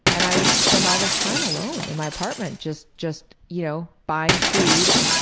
and i would spend all this time alone in my apartment, just just you know buying food,